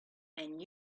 and